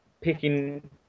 picking